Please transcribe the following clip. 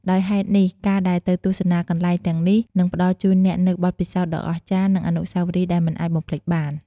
ដោយហេតុនេះ ការដែលទៅទស្សនាកន្លែងទាំងនេះ នឹងផ្តល់ជូនអ្នកនូវបទពិសោធន៍ដ៏អស្ចារ្យ និងអនុស្សាវរីយ៍ដែលមិនអាចបំភ្លេចបាន។